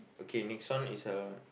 okay next one is uh